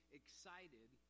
excited